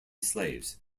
slaves